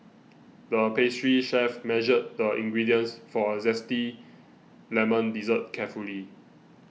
the pastry chef measured the ingredients for a Zesty Lemon Dessert carefully